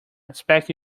expect